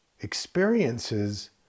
experiences